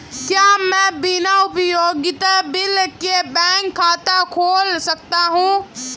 क्या मैं बिना उपयोगिता बिल के बैंक खाता खोल सकता हूँ?